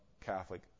Catholic